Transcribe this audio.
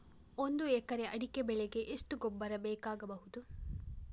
ಒಂದು ಎಕರೆ ಅಡಿಕೆ ಬೆಳೆಗೆ ಎಷ್ಟು ಗೊಬ್ಬರ ಬೇಕಾಗಬಹುದು?